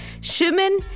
Schumann